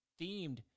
themed